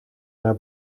naar